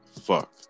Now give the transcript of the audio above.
Fuck